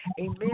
amen